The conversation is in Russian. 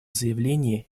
заявлении